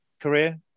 career